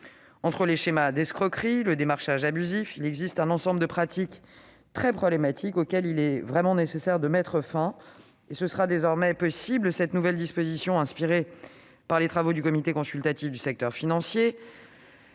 Entre les schémas d'escroquerie et le démarchage abusif, il existe un ensemble de pratiques très problématiques auxquelles il est nécessaire de mettre fin. Ce sera désormais possible. Cette nouvelle disposition, inspirée par les travaux du Comité consultatif du secteur financier,